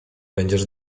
będziesz